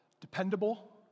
dependable